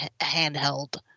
handheld